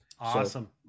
awesome